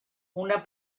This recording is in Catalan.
una